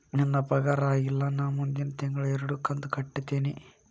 ನನ್ನ ಪಗಾರ ಆಗಿಲ್ಲ ನಾ ಮುಂದಿನ ತಿಂಗಳ ಎರಡು ಕಂತ್ ಕಟ್ಟತೇನಿ